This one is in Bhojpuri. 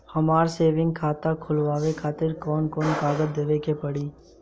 हमार सेविंग खाता खोलवावे खातिर कौन कौन कागज देवे के पड़ी?